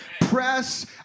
press